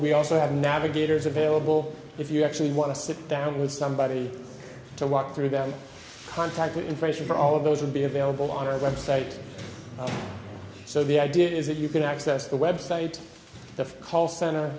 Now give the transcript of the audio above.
we also have navigators available if you actually want to sit down with somebody to walk through that contact information for all of those would be available on our website so the idea is that you can access the website the call center